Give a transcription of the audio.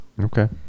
Okay